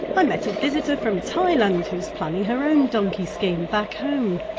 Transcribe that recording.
i met a visitor from thailand who's planning her own donkey scheme back home.